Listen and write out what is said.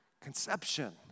conception